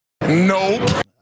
Nope